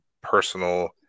personal